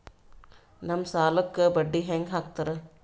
ನಮ್ ಸಾಲಕ್ ಬಡ್ಡಿ ಹ್ಯಾಂಗ ಹಾಕ್ತಾರ?